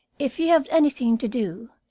if you have anything to do,